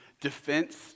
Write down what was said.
defense